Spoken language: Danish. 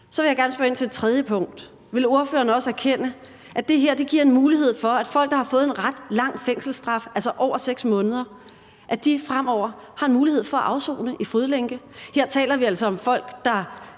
Så vil jeg gerne spørge ind til et tredje punkt: Vil ordføreren også erkende, at det her giver en mulighed for, at folk, der har fået en ret lang fængselsstraf, altså på over 6 måneder, fremover har en mulighed for at afsone i fodlænke? Her taler vi altså om folk, der